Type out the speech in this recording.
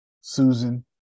Susan